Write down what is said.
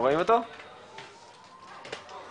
בהחלט